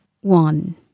One